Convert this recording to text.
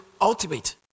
ultimate